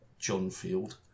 Johnfield